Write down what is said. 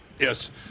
Yes